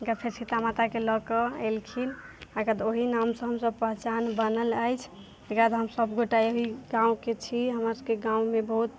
ओहिठासँ फेर सीतामाताके लऽकऽ एलखिन अइके बाद ओहि नामसँ हमसब पहचान बनल अछि एकराबाद हम सब गोटा एहि गावँके छी हमर सबके गावँमे बहुत